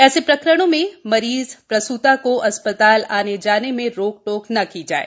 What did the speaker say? ऐसे प्रकरणों में मरीज प्रसूता को अस्पताल जाने आने में रोक टोक न की जाये